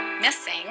missing